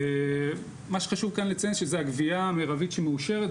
מה שחשוב כאן לציין שזה הגבייה המרבית שמאושרת,